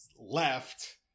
left